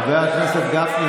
חבר הכנסת גפני,